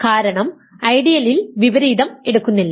കാരണം ഐഡിയലിൽ വിപരീതം എടുക്കുന്നില്ല